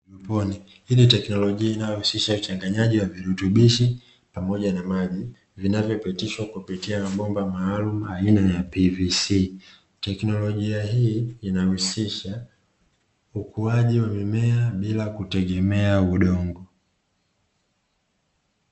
Haidroponi, hiini teknolojia inayohusisha uchanganyaji wa virutubishi pamoja na maji, vinavyopitishwa kupitia mabomba maalumu aina ya PVC, teknolojia hii inahusisha ukuaji wa mimea bila kutegemea udongo.